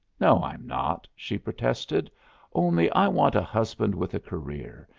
no, i'm not, she protested only i want a husband with a career,